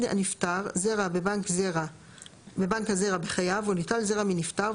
הנפטר זרע בבנק הזרע בחייו או ניטל זרע מנפטר,